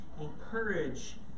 encourage